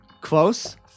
Close